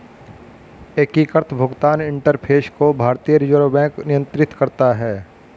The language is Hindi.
एकीकृत भुगतान इंटरफ़ेस को भारतीय रिजर्व बैंक नियंत्रित करता है